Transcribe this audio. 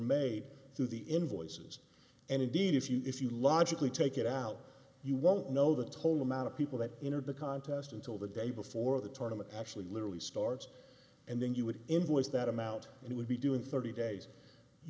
made to the invoices and indeed if you if you logically take it out you won't know the total amount of people that entered the contest until the day before the tournament actually literally starts and then you would invoice that amount and he would be doing thirty days you